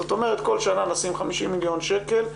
זאת אומרת כל שנה נשים 50 מיליון שקל,